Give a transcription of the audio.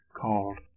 called